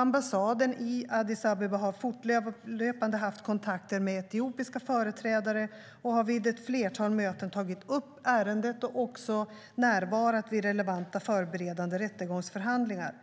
Ambassaden i Addis Abeba har fortlöpande haft kontakter med etiopiska företrädare. Ambassaden har vid ett flertal möten tagit upp ärendet och även närvarat vid relevanta förberedande rättegångsförhandlingar.